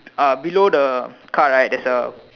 ah below the car right there's a